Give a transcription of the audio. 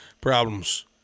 problems